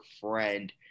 friend